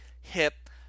hip